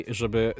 żeby